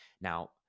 Now